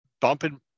bumping